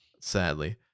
sadly